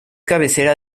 cabecera